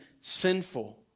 sinful